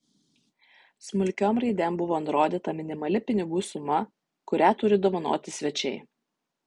smulkiom raidėm buvo nurodyta minimali pinigų suma kurią turi dovanoti svečiai